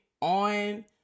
on